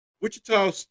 Wichita